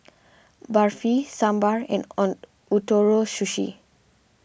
Barfi Sambar and on Ootoro Sushi